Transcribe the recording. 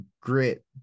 grit